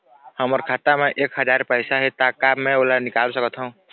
हमर खाता मा एक हजार पैसा हे ता का मैं ओला निकाल सकथव?